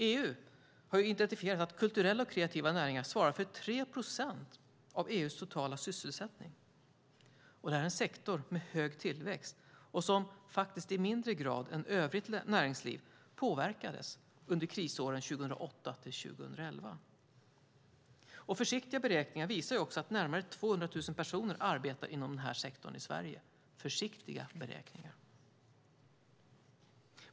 EU har identifierat att kulturella och kreativa näringar svarar för 3 procent av EU:s totala sysselsättning, och det här är en sektor med hög tillväxt, som faktiskt i mindre grad än övrigt näringsliv påverkades under krisåren 2008-2011. Försiktiga beräkningar visar att närmare 200 000 personer arbetar inom den här sektorn i Sverige.